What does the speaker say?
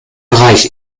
bereich